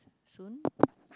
soon